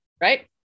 right